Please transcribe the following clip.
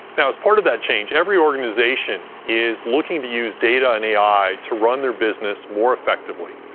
now, as part of that change, every organization is looking to use data and ai to run their business more effectively.